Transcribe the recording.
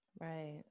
Right